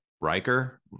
Riker